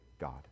God